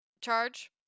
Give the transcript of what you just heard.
charge